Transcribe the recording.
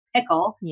pickle